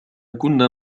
كنا